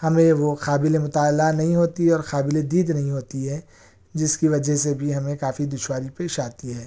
ہمیں وہ قابل مطالعہ نہیں ہوتی ہے اور قابل دید نہیں ہوتی ہے جس کی وجہ سے بھی ہمیں کافی دشواری پیش آتی ہے